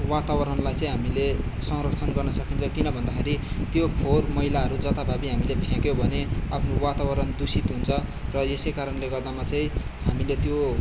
वातावरणलाई चाहिँ हामीले संरक्षण गर्न सकिन्छ किन भन्दाखेरि त्यो फोहोर मैलाहरू जत्ताभावी हामीले फ्याँक्यौँ भने आफ्नो वातावरण दूषित हुन्छ र यसैकारणले गर्दामा चाहिँ हामीले त्यो